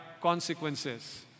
consequences